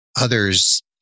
Others